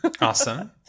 Awesome